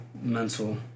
mental